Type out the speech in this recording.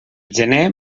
gener